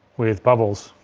with bubbles.